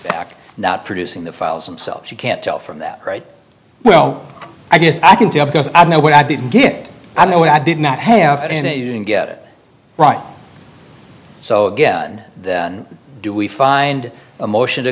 back not producing the files themselves you can't tell from that right well i guess i can tell because i know what i didn't get i know what i did not have and you didn't get it right so again do we find a motion to